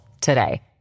today